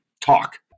talk